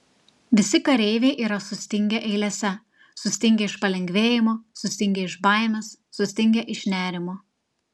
visi kareiviai yra sustingę eilėse sutingę iš palengvėjimo sustingę iš baimės sustingę iš nerimo